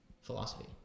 philosophy